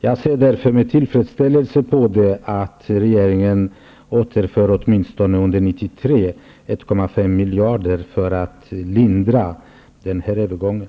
Jag ser därför med tillfredsställelse på att regeringen under 1993 återför åtminstone 1,5 miljarder för att lindra den här övergången.